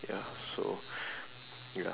ya so ya